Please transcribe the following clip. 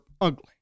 ugly